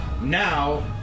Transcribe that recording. Now